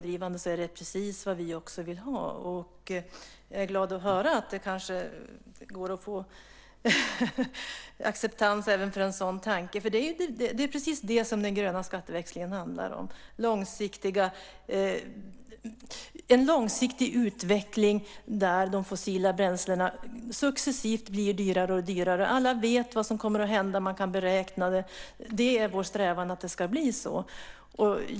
Herr talman! Långsiktiga strukturella regler som är miljödrivande är precis vad vi vill ha. Jag är glad att höra att det går att få acceptans även för en sådan tanke. Det är precis vad den gröna skatteväxlingen handlar om. Det är fråga om en långsiktig utveckling där de fossila bränslena successivt blir dyrare och dyrare. Alla vet vad som kommer att hända. Det går att beräkna. Det är vår strävan att det ska bli så.